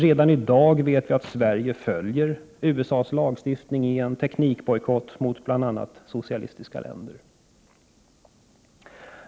Redan i dag vet vi att Sverige följer USA:s lagstiftning i en teknikbojkott mot bl.a. socialistiska länder.